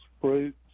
fruits